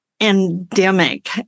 endemic